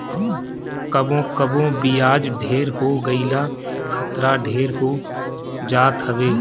कबो कबो बियाज ढेर हो गईला खतरा ढेर हो जात हवे